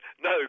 no